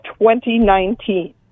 2019